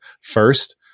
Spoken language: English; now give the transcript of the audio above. first